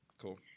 Cool